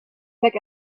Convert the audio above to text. back